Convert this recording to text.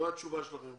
מה התשובה שלכם?